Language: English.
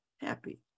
happy